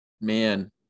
man